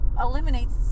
eliminates